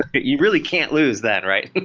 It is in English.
but you really can't lose then, right?